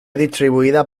distribuida